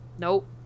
Nope